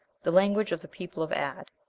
the language of the people of ad,